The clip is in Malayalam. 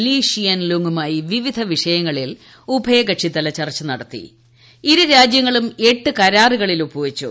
ലീ ഷിയൻ ലുങ്മായി വിവിധ പ്രിഷയങ്ങളിൽ ഉഭയകക്ഷിതല ചർച്ച നടത്തിക്കു ഇരു രാജ്യങ്ങളും എട്ട് കരാറുകളിൽ ഒപ്പുവച്ചു